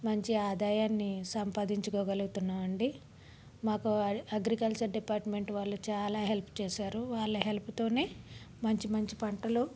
మంచి ఆదాయాన్ని సంపాదించుకోగలుగుతున్నాం అండి మాకు అగ్రికల్చర్ డిపార్ట్మెంటు వాళ్ళు చాలా హెల్ప్ చేశారు వాళ్ళ హెల్ప్తోనే మంచి మంచి పంటలు